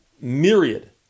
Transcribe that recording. myriad